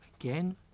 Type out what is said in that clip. again